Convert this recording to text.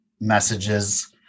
messages